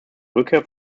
rückkehr